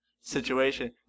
situation